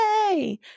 Yay